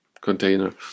container